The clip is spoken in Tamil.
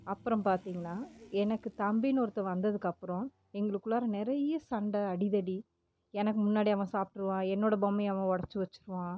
அப்புறம் பார்த்தீங்கன்னா எனக்கு தம்பின்னு ஒருத்தன் வந்ததுக்கப்பறம் எங்களுக்குள்ளாற நிறைய சண்டை அடிதடி எனக்கு முன்னாடியே அவன் சாப்பிட்ருவான் என்னோட பொம்மையை அவன் உடச்சி வச்சுருவான்